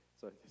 Sorry